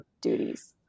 duties